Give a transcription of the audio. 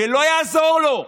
ולא יעזור לו,